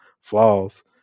flaws